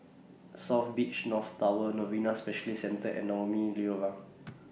South Beach North Tower Novena Specialist Centre and Naumi Liora